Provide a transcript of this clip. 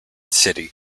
city